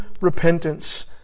repentance